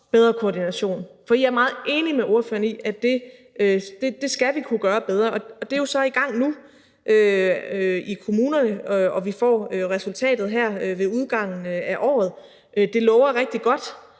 bedre koordination. For jeg er meget enig med ordføreren i, at det skal vi kunne gøre bedre. Og det er så i gang nu i kommunerne, og vi får resultatet her ved udgangen af året. Det lover rigtig godt.